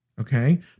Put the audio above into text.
Okay